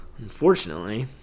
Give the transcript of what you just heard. Unfortunately